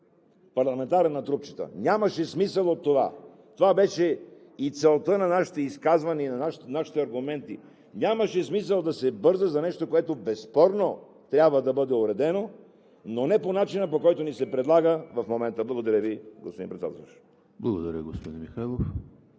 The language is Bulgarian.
парламентарен лексикон, на трупчета. Нямаше смисъл от това. Това беше и целта на нашите изказвания и нашите аргументи. Нямаше смисъл да се бърза за нещо, което безспорно трябва да бъде уредено, но не по начина, по който ни се предлага в момента. Благодаря Ви, господин Председателстващ.